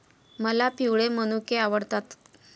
मला पिवळे मनुके आवडतात